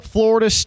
Florida